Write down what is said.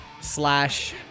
slash